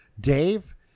Dave